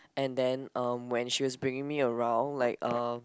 and then um when she was bringing me around like uh